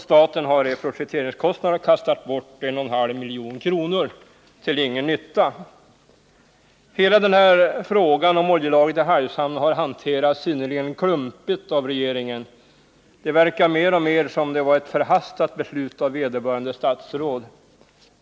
Staten har i projekteringskostnader kastat bort 1,5 milj.kr. till ingen nytta. Hela frågan om oljelagret i Hargshamn har hanterats synnerligen klumpigt av regeringen. Det verkar mer och mer som om det var ett förhastat beslut av vederbörande statsråd.